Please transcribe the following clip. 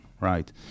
right